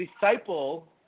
disciple